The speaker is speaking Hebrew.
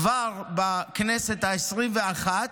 כבר בכנסת העשרים-ואחת,